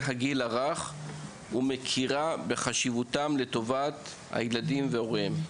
הגיל הרך ומכירה בחשיבותם לטובת הילדים והוריהם.